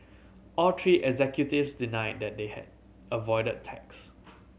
all three executives denied that they had avoided tax